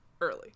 early